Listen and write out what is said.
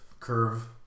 curve